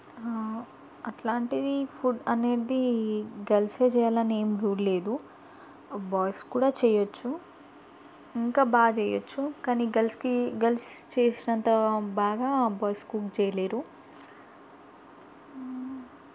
అట్లాంటివి ఫుడ్ అనేది గర్ల్సే చేయాలని ఏం రూల్ లేదు బాయ్స్ కూడా చేయొచ్చు ఇంకా బాగా చేయొచ్చు కానీ గర్ల్స్కి గర్ల్స్ చేసినంత బాగా బాయ్స్ కుక్ చేయలేరు